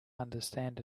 understand